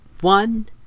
one